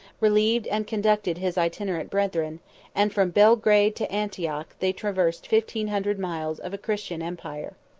relieved and conducted his itinerant brethren and from belgrade to antioch, they traversed fifteen hundred miles of a christian empire.